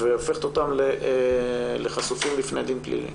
והופכת אותם לחשופים לעמוד לדין פלילי.